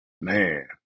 Man